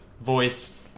voice